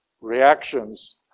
reactions